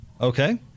Okay